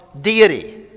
deity